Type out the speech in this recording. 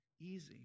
easy